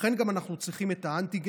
לכן אנחנו גם צריכים את האנטיגן,